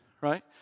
right